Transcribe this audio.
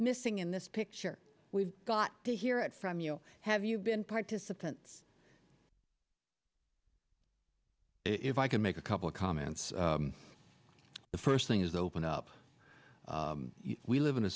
missing in this picture we've got to hear it from you have you been participants if i can make a couple comments the first thing is open up we live in a